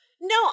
No